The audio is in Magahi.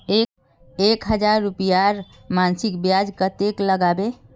एक हजार रूपयार मासिक ब्याज कतेक लागबे?